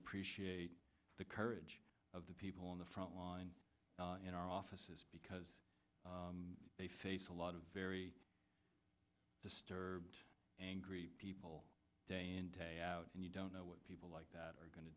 appreciate the courage of the people on the front line in our offices because they face a lot of very disturbed angry people day in day out and you don't know what people like that are going to